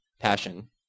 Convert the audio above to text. passion